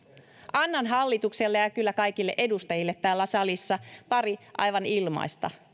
annan hallitukselle ja ja kaikille edustajille täällä salissa pari aivan ilmaista